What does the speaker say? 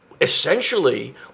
essentially